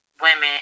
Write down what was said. women